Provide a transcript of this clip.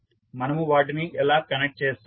మనము వాటిని ఎలా కనెక్ట్ చేస్తాము